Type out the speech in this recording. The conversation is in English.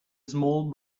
small